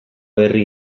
herri